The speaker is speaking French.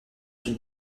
une